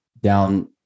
down